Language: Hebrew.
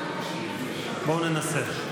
בואו ננסה.